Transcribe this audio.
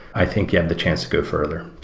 i think you have the chance to go further.